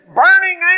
burning